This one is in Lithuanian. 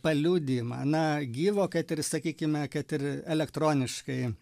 paliudijimą na gyvo kad ir sakykime kad ir elektroniškai